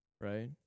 right